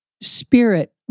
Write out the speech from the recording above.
spirit